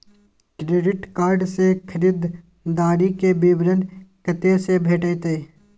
Credit card से खरीददारी के विवरण कत्ते से भेटतै?